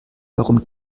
warum